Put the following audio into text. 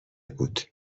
بود